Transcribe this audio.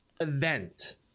event